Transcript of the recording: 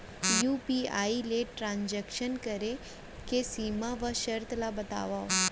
UPI ले transaction करे के सीमा व शर्त ला बतावव?